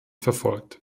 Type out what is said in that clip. verfolgt